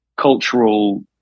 cultural